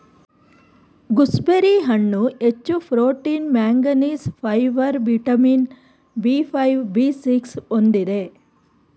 gooseberry ಹಣ್ಣು ಹೆಚ್ಚು protein manganese, fibre vitamin B five, B six ಹೊಂದಿದೆ